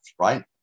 right